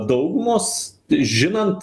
daugumos žinant